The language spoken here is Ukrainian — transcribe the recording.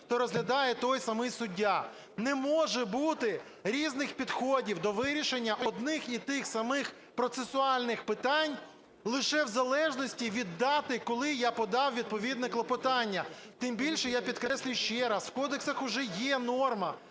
то розглядає той самий суддя. Не може бути різних підходів до вирішення одних і тих самих процесуальних питань лише в залежності від дати, коли я подав відповідне клопотання. Тим більше, я підкреслюю ще раз, в кодексах уже є норма